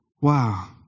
Wow